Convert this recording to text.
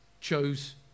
chose